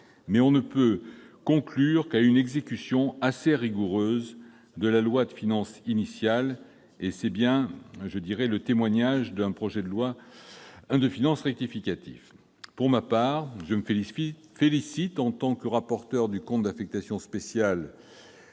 mais on ne peut conclure qu'à une exécution assez rigoureuse de la loi de finances initiale, ce qui est bien le rôle du projet de loi de finances rectificative. Pour ma part, je me félicite, en tant que rapporteur du compte d'affectation spéciale